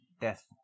death